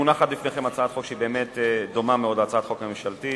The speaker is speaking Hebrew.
מונחת בפניכם הצעת חוק שדומה מאוד להצעת החוק הממשלתית.